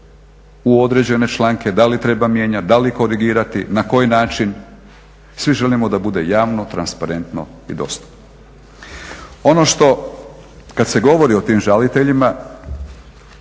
u određene članke, da li treba mijenjati, da li korigirati, na koji način. Svi želimo da bude javno, transparentno i dostupno. Ono što, kad se govori o tim žaliteljima